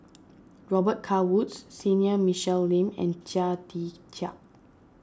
Robet Carr Woods Senior Michelle Lim and Chia Tee Chiak